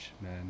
man